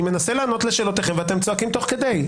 אני מנסה לענות לשאלותיכם ואתם צועקים תוך כדי.